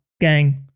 gang